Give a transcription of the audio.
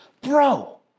Bro